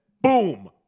boom